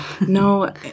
no